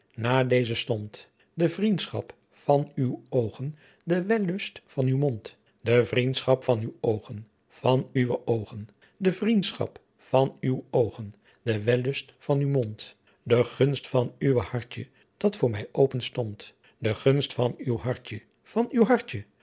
naa dezen stondt de vriendschap van uw oogen de wellust van uw mondt de vriendschap van uw oogen van uwe oogen adriaan loosjes pzn het leven van hillegonda buisman de vriendschap van uw oogen de wellust van uw mondt de gunste van uw hartjen dat voor mij open stondt de gunste van uw hartjen van uw hartjen